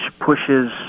pushes